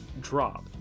drop